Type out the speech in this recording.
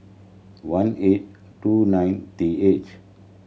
one eight two nine T H